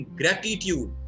gratitude